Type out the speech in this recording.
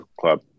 club